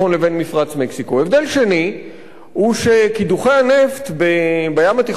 ההבדל השני הוא שקידוחי הנפט בים התיכון הם הרבה יותר עמוקים.